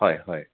হয় হয়